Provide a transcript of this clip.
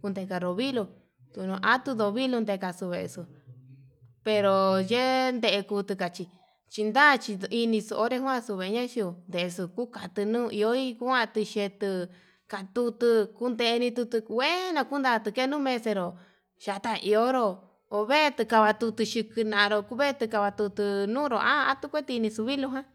kundekanu vilo'o ndono atuu novilu nde'e, kaxu exo'o pero ye'e tekutu kachí chindachi inixo'o onre njuanxuu venia yu'u ndexuu kukate no'o iho hi kuduu yetuu katutu kundeni tutu, nguenu kundate kenumexero chata ionró ovetuu kavatuu, nduxhi kunaru ovetu vatutu nunró ha'a tukuetinixo vilo ján.